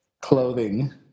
clothing